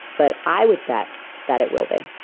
but i would bet that it will be.